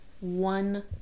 one